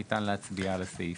ניתן להצביע על הסעיף.